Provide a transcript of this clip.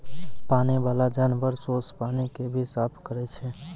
पानी बाला जानवर सोस पानी के भी साफ करै छै